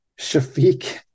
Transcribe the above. Shafiq